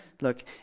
Look